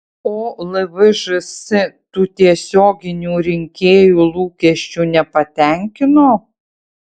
o lvžs tų tiesioginių rinkėjų lūkesčių nepatenkino